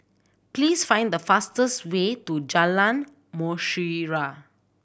please find the fastest way to Jalan Mutiara